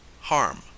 harm